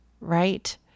right